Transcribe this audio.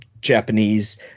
Japanese